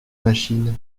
machine